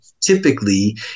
typically